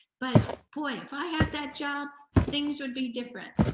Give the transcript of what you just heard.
but boy, if i had that job things would be different?